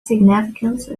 significance